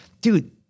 dude